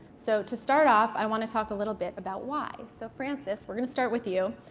so to start off, i want to talk a little bit about why. so francis, we're going to start with you.